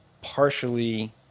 partially